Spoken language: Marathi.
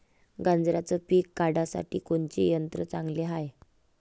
गांजराचं पिके काढासाठी कोनचे यंत्र चांगले हाय?